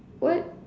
what